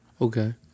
Okay